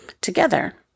together